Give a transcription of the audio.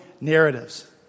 narratives